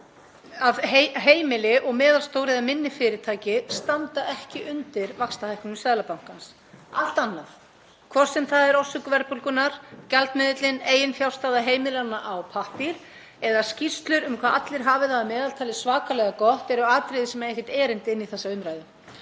að heimili og meðalstór eða minni fyrirtæki standa ekki undir vaxtahækkunum Seðlabankans. Allt annað, hvort sem það er orsök verðbólgunnar, gjaldmiðillinn, eiginfjárstaða heimilanna á pappír eða skýrslur um hvað allir hafi það að meðaltali svakalega gott eru atriði sem eiga ekkert erindi inn í þessa umræðu.